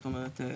זאת אומרת,